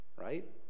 right